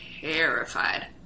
terrified